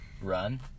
run